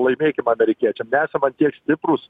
laimėkim amerikiečiam nesama ant tiek stiprūs